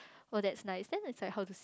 oh that's nice then it is like how